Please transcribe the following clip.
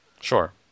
Sure